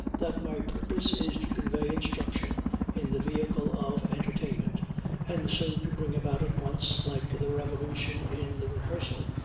that my purpose is to convey instruction in the vehicle of entertainment and so to bring about at once, like the revolution in the rehearsal,